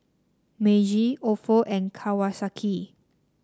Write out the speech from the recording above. Meiji Ofo and Kawasaki